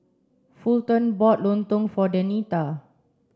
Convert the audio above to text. Fulton bought Lontong for Denita